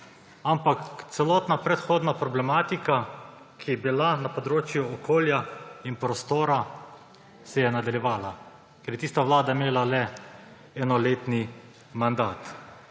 Ampak celotna predhodna problematika, ki je bila na področju okolja in prostora, se je nadaljevala, ker je tista vlada imela le enoletni mandat.